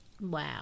Wow